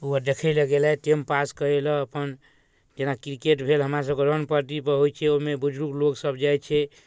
ओ आओर देखैलए गेलथि टाइमपास करैलए अपन जेना किरकेट भेल हमरासभके रन परतीपर होइ छै ओहिमे बुजुर्ग लोकसब जाइ छै